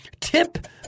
Tip